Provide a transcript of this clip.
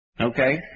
Okay